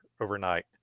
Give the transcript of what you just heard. overnight